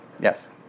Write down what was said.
Yes